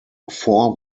four